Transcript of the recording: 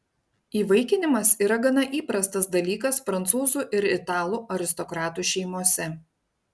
įvaikinimas yra gana įprastas dalykas prancūzų ir italų aristokratų šeimose